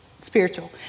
spiritual